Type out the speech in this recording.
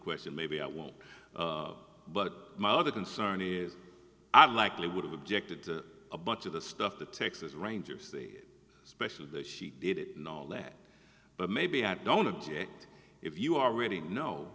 question maybe i won't but my other concern is i likely would have objected to a bunch of the stuff the texas rangers special that she did it and all that but maybe i don't object if you are ready know